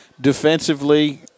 Defensively